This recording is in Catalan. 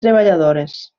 treballadores